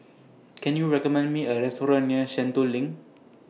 Can YOU recommend Me A Restaurant near Sentul LINK